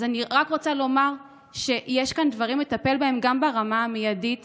אז אני רק רוצה לומר שיש כאן דברים לטפל בהם גם ברמה המיידית,